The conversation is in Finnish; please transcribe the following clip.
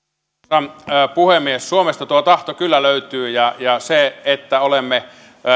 arvoisa puhemies suomesta tuo tahto kyllä löytyy ja ja olemme